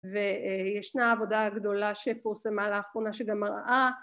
וישנה עבודה גדולה שפורסמה לאחרונה שגם מראה